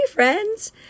Friends